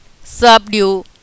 subdue